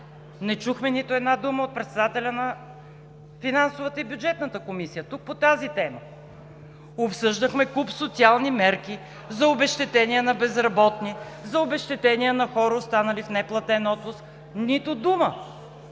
Не чухме нито една дума от председателя на Финансовата и Бюджетната комисия тук по тази тема. Обсъждахме куп социални мерки. За обезщетение на безработни, за обезщетение на хора, останали в неплатен отпуск – нито дума!